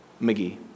McGee